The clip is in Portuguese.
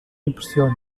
impressiona